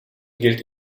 gilt